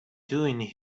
doing